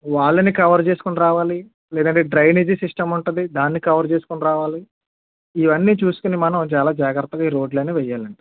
వాళ్ళని కవర్ చేసుకుంటూ రావాలి లేదంటే డ్రైనేజీ సిస్టం ఉంటది దాన్ని కవర్ చేసుకుంటూ రావాలి ఇవన్నీ చూసుకొని మనం చాలా జాగ్రత్తగా ఈ రోడ్లనేవి వెయ్యాలండి